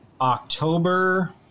October